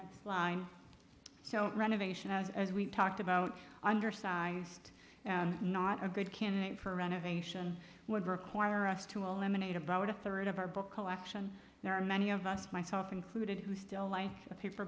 line so renovation as we talked about undersized not a good candidate for renovation would require us to eliminate about a third of our book collection there are many of us myself included who still life a paper